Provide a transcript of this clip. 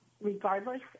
regardless